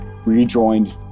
rejoined